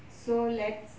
so let's